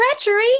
treachery